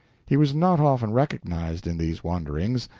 he was not often recognized in these wanderings,